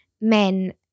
men